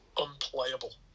unplayable